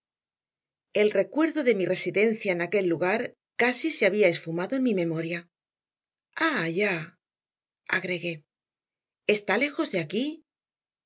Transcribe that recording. el recuerdo de mi residencia en aquel lugar casi se había esfumado en mi memoria ah ya agregué está lejos de aquí